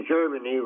Germany